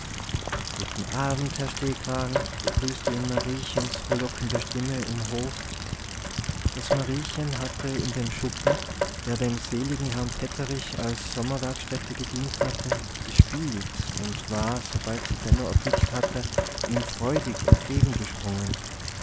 guten abend herr stehkragen begrüßte ihn mariechens frohlockende stimme im hof das mariechen hatte in dem schuppen der dem seligen herrn petterich als sommerwerkstätte gedient hatte gespielt und war sobald sie benno erblickt hatte ihm freudig entgegengesprungen